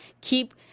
keep